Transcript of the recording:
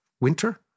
winter